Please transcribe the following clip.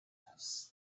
house